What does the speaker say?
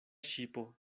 ŝipo